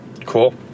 Cool